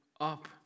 up